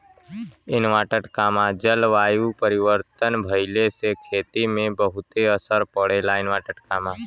जलवायु परिवर्तन भइले से खेती पे बहुते असर पड़ला